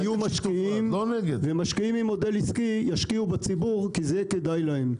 יהיו משקיעים ומשקיעים עם מודל עסקי ישקיעו בציבור כי זה יהיה כדאי להם.